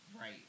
right